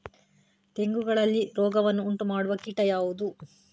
ತೆಂಗುಗಳಲ್ಲಿ ರೋಗವನ್ನು ಉಂಟುಮಾಡುವ ಕೀಟ ಯಾವುದು?